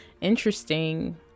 interesting